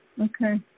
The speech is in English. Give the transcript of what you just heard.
Okay